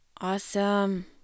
Awesome